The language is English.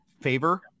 favor